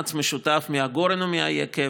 במאמץ משותף, מהגורן ומהיקב,